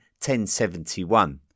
1071